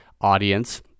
audience